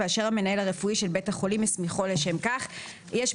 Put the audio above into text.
ואשר המנהל הרפואי של בית החולים הסמיכו לשם כך." יש,